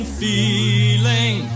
feeling